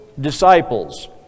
disciples